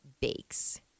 Bakes